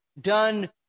done